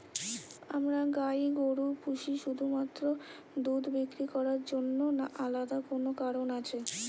আমরা গাই গরু পুষি শুধুমাত্র দুধ বিক্রি করার জন্য না আলাদা কোনো কারণ আছে?